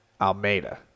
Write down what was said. Almeida